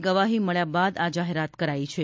ગવાહી મળ્યા બાદ આ જાહેરાત કરાઇ છે